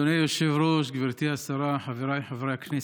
אדוני היושב-ראש, גברתי השרה, חבריי חברי הכנסת,